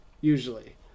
usually